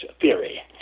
theory